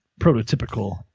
prototypical